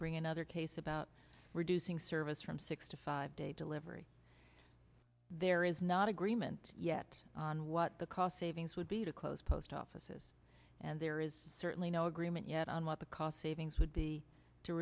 bring another case about reducing service from six to five day delivery there is not agreement yet on what the cost savings would be to close post offices and there is certainly no agreement yet on what the cost savings would be to